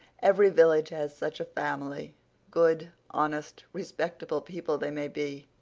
every village has such a family good, honest, respectable people they may be,